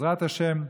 בעזרת השם,